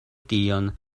tion